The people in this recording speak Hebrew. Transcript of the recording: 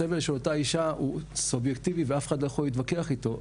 הסבל שאותה אישה הוא סובייקטיבי ואף אחד לא יכול להתווכח איתו,